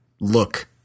look